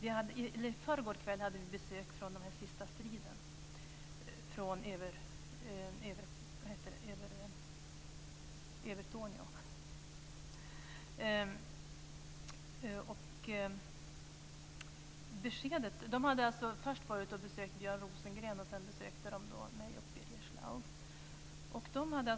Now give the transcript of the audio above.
I förrgår kväll hade vi besök av "Sista striden" från Övertorneå. Man hade först varit på besök hos Björn Rosengren, och sedan besökte man mig och Birger Schlaug.